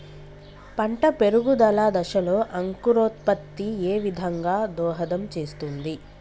పంట పెరుగుదల దశలో అంకురోత్ఫత్తి ఏ విధంగా దోహదం చేస్తుంది?